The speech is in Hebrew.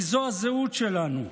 כי זו הזהות שלנו.